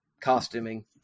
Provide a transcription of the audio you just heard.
costuming